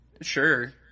Sure